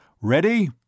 Ready